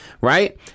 right